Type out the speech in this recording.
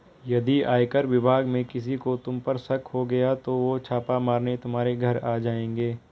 यदि आयकर विभाग में किसी को तुम पर शक हो गया तो वो छापा मारने तुम्हारे घर आ जाएंगे